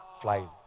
flying